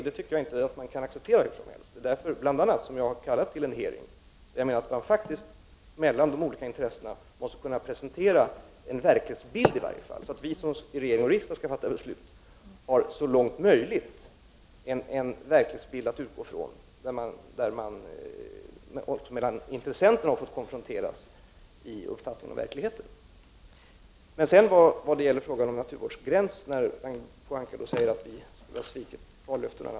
Det tycker jag inte vi skall acceptera hur som helst. Det är bl.a. därför som jag har kallat till en hearing. De olika intressenterna måste kunna presentera en verklighetsbild i varje fall så att vi i riksdag och regering som skall fatta beslut har så långt möjligt en verklighetsbild att utgå ifrån där de olika intressenterna har fått konfronteras i fråga om uppfattning och verklighet. Vad sedan gäller naturvårdsgränsen säger Ragnhild Pohanka att vi har svikit vallöftena.